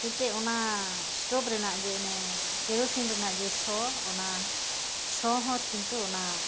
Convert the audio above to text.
ᱢᱤᱫᱴᱮᱱ ᱚᱱᱟ ᱥᱴᱳᱵᱷ ᱨᱮᱱᱟᱜ ᱡᱮ ᱚᱱᱮ ᱠᱮᱨᱳᱥᱤᱱ ᱨᱮᱱᱟᱜ ᱡᱮ ᱥᱚ ᱚᱱᱟ ᱥᱚ ᱦᱚᱸ ᱠᱤᱱᱛᱩ ᱚᱱᱟ